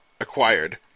acquired